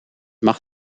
mag